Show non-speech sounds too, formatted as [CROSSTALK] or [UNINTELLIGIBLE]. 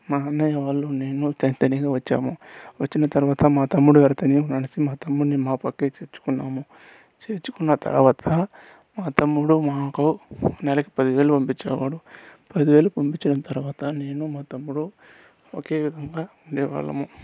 మా అన్నయ వాళ్ళు నేను తని తనీగా వచ్చాము వచ్చిన తర్వాత మా తమ్ముడు [UNINTELLIGIBLE] మా తమ్ముడిని మా పక్కే చేర్చుకున్నాము చేర్చుకున్న తర్వాత మా తమ్ముడు మాకు నెలకు పదివేలు పంపించేవాడు పదివేలు పంపించిన తర్వాత నేను మా తమ్ముడు ఒకే విధముగా ఉండేవాళ్ళము